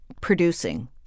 producing